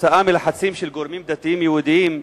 כתוצאה מלחצים של גורמים דתיים יהודיים,